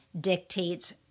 dictates